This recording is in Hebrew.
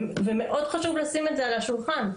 ומאוד חשוב לשים את זה על השולחן.